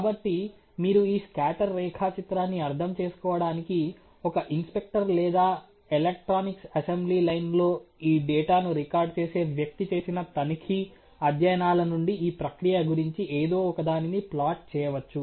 కాబట్టి మీరు ఈ స్కాటర్ రేఖాచిత్రాన్ని అర్థం చేసుకోవడానికి ఒక ఇన్స్పెక్టర్ లేదా ఎలక్ట్రానిక్స్ అసెంబ్లీ లైన్లో ఈ డేటాను రికార్డ్ చేసే వ్యక్తి చేసిన తనిఖీ అధ్యయనాల నుండి ఈ ప్రక్రియ గురించి ఏదో ఒకదానిని ప్లాట్ చేయవచ్చు